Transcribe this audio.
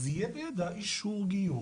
אז יהיה בידה אישור גיור.